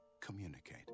Communicate